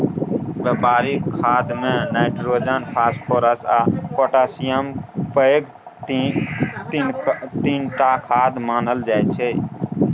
बेपारिक खादमे nitrogen, phosphorus आ पोटाशियमकेँ पैघ तीनटा खाद मानल जाइ छै